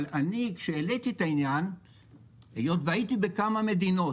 העליתי את העניין היות והייתי בכמה מדינות